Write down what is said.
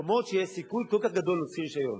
במקומות שיש סיכוי כל כך גדול להוציא רשיון,